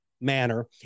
manner